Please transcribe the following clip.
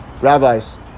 Rabbis